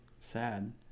sad